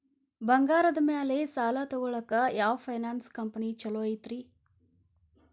ಬಂಗಾರದ ಮ್ಯಾಲೆ ಸಾಲ ತಗೊಳಾಕ ಯಾವ್ ಫೈನಾನ್ಸ್ ಕಂಪನಿ ಛೊಲೊ ಐತ್ರಿ?